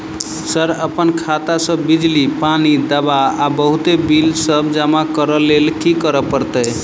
Sir अप्पन खाता सऽ बिजली, पानि, दवा आ बहुते बिल सब जमा करऽ लैल की करऽ परतै?